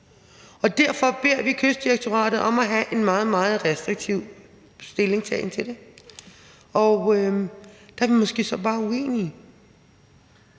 og derfor beder vi Kystdirektoratet om at have en meget, meget restriktiv stillingtagen til det. Og der er vi måske så bare uenige.